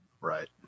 Right